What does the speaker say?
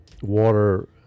water